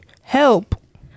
Help